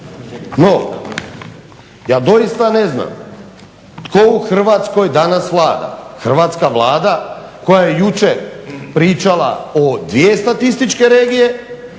No, ja doista ne znam tko u Hrvatskoj danas vlada – hrvatska Vlada koja je jučer pričala o 2 statističke regije